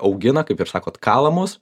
augina kaip ir sakot kala mus